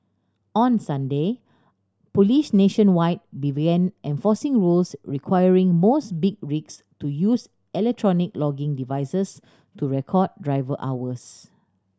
on Sunday police nationwide began enforcing rules requiring most big rigs to use electronic logging devices to record driver hours